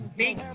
big